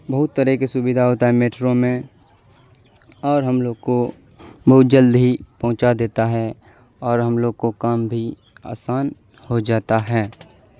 بہت طرح کے سویدھا ہوتا ہے میٹرو میں اور ہم لوگ کو بہت جلد ہی پہنچا دیتا ہے اور ہم لوگ کو کام بھی آسان ہو جاتا ہے